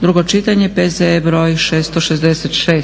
drugo čitanje, P.Z.E. br. 666;